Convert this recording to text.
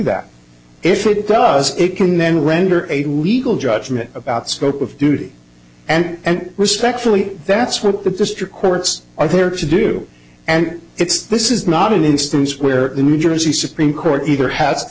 that if it does it can then render a legal judgment about scope of duty and respectfully that's what the district courts are there to do and it's this is not an instance where the new jersey supreme court either ha